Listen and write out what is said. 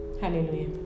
Hallelujah